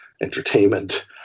entertainment